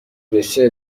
بشه